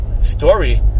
story